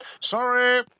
sorry